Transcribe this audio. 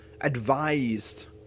advised